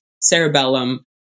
cerebellum